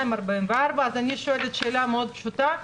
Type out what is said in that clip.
244. אז אני שואלת שאלה מאוד פשוטה,